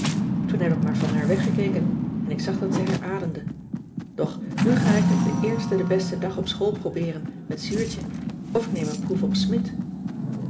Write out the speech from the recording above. toen heb ik maar van haar weggekeken en ik zag dat ze herademde doch nu ga ik het den eersten den besten dag op school probeeren met zuurtje of ik neem een proef op smidt